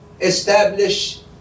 establish